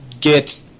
get